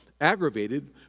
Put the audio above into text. aggravated